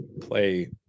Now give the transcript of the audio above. play